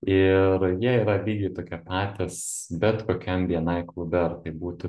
ir jie yra lygiai tokie patys bet kokiam bni klube ar tai būtų